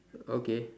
okay